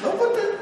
לא מוותר.